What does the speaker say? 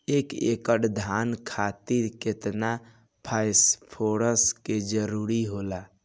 एक एकड़ धान खातीर केतना फास्फोरस के जरूरी होला?